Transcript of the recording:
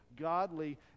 godly